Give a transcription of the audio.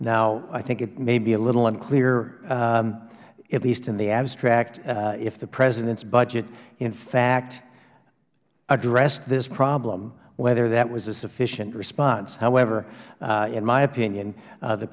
now i think it may be a little unclear at least in the abstract if the president's budget in fact addressed this problem whether that was a sufficient response however in my opinion